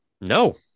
No